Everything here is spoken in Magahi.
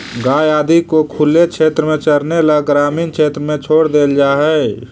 गाय आदि को खुले क्षेत्र में चरने ला ग्रामीण क्षेत्र में छोड़ देल जा हई